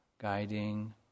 guiding